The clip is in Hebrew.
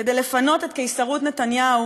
כדי לפנות את קיסרות נתניהו,